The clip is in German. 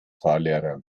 fahrlehrer